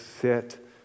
sit